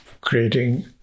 creating